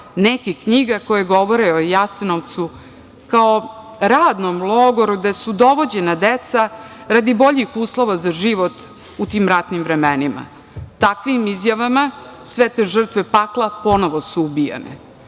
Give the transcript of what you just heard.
nekih knjiga koje govore o Jasenovcu kao radnom logoru gde su dovođena deca radi boljih uslova za život u tim ratnim vremenima. Takvim izjavama sve te žrtve pakla ponovo su ubijane.